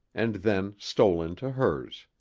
and then stole into hers.